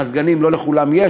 מזגנים לא לכולם יש,